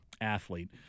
athlete